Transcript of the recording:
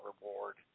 reward